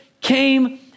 came